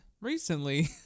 recently